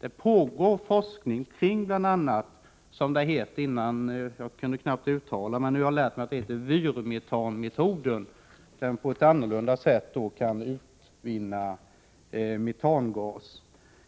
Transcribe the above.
Det pågår forskning kring bl.a. vyrmetanmetoden, som är den svåruttalade benämningen på det som man skulle kunna tillämpa för att på ett annorlunda sätt utvinna metangas.